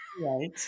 Right